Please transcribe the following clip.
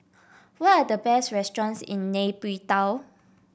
what are the best restaurants in Nay Pyi Taw